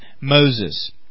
Moses